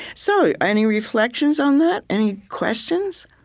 so any reflections on that? any questions?